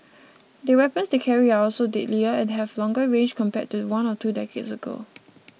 the weapons they carry are also deadlier and have longer range compared to one or two decades ago